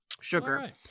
sugar